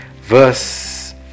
verse